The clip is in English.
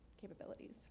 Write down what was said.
capabilities